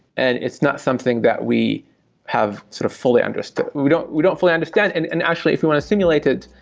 and it's not something that we have sort of fully we don't we don't fully understand. and and actually, if we want to simulate it,